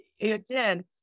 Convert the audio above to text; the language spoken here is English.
again